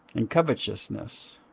and covetousness,